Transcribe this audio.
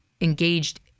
engaged